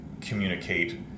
communicate